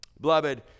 Beloved